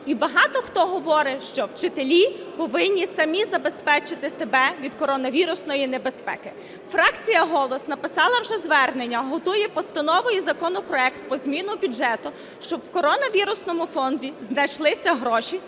І багато хто говорить, що вчителі повинні самі забезпечити себе від коронавірусної безпеки. Фракція "Голос" написала вже звернення, готує постанову і законопроект про зміну бюджету, щоб в коронавірусному фонді знайшлися гроші